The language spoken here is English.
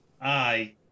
Aye